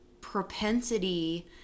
propensity